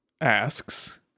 asks